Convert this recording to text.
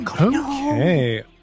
okay